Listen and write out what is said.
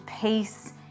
peace